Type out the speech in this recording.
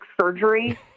surgery